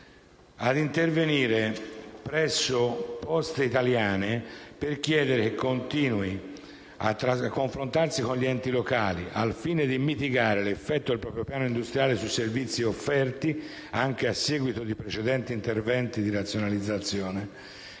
ad intervenire presso Poste italiane SpA per chiedere che continui a confrontarsi con gli enti locali , al fine di mitigare l'effetto del proprio piano industriale sui servizi offerti, anche a seguito di precedenti interventi di razionalizzazione,